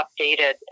updated